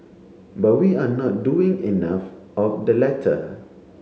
but we are not doing enough of the latter